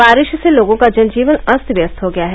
बारिश से लोगों का जन जीवन अस्त व्यस्त हो गया है